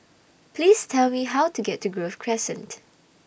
Please Tell Me How to get to Grove Crescent